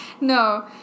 No